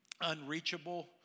unreachable